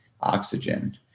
oxygen